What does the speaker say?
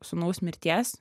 sūnaus mirties